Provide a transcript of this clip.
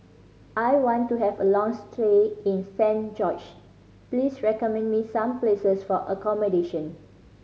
I want to have a long stay in Saint George please recommend me some places for accommodation